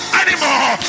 anymore